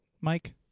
Mike